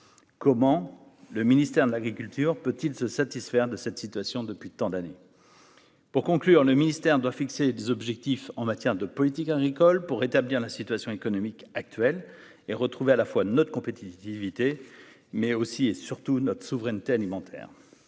comment le ministère de l'agriculture peut-il se satisfaire de cette situation depuis tant d'années pour conclure le ministère doit fixer des objectifs en matière de politique agricole pour rétablir la situation économique actuelle et retrouver à la fois notre compétitivité, mais aussi et surtout notre souveraineté alimentaire,